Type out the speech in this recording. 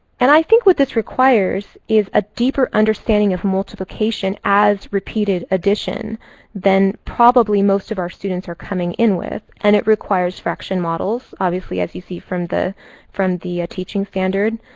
and i think what this requires is a deeper understanding of multiplication as repeated addition than probably most of our students are coming in with. and it requires fraction models. obviously, as you see from the from the teaching standard.